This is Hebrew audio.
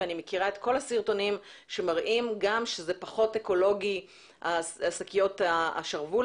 אני מכירה את כל הסרטונים שמראים ששקיות השרוול